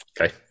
okay